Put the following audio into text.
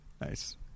Nice